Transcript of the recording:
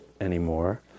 anymore